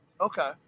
Okay